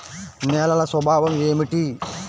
నేలల స్వభావం ఏమిటీ?